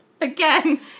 Again